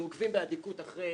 אנחנו עוקבים באדיקות אחרי